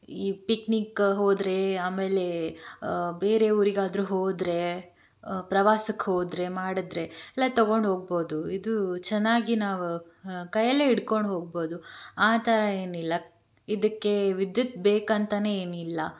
ಈ ಪಿಕ್ನಿಕ್ ಹೋದರೆ ಆಮೇಲೆ ಬೇರೆ ಊರಿಗಾದರು ಹೋದರೆ ಪ್ರವಾಸಕ್ಕೆ ಹೋದರೆ ಮಾಡಿದ್ರೆ ಎಲ್ಲ ತೊಗೊಂಡು ಹೋಗ್ಬೋದು ಇದು ಚೆನ್ನಾಗಿ ನಾವು ಕೈಯಲ್ಲೇ ಹಿಡ್ಕೊಂಡು ಹೋಗ್ಬೋದು ಆ ಥರ ಏನಿಲ್ಲ ಇದಕ್ಕೆ ವಿದ್ಯುತ್ ಬೇಕಂತಲೇ ಏನು ಇಲ್ಲ